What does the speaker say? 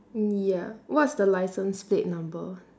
ya what's the licence plate number